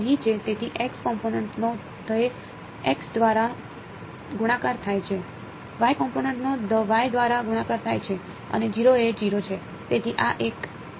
તેથી કોમ્પોનેંટ નો the દ્વારા ગુણાકાર થાય છે કોમ્પોનેંટ નો the દ્વારા ગુણાકાર થાય છે અને 0 એ 0 છે